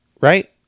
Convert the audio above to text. Right